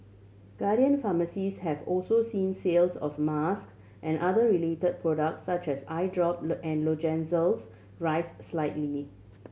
Guardian Pharmacies have also seen sales of mask and other relate products such as eye drop and lozenges rise slightly